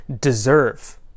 deserve